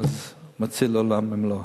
מציל עולם ומלואו.